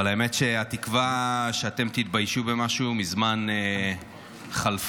אבל האמת, התקווה שאתם תתביישו במשהו מזמן חלפה.